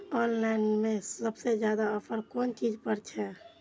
Online में सबसे ज्यादा ऑफर कोन चीज पर छे?